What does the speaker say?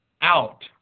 out